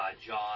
John